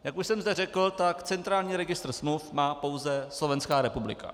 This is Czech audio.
Jak už jsem zde řekl, tak centrální registr smluv má pouze Slovenská republika.